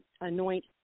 anoint